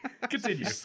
Continue